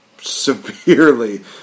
severely